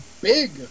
big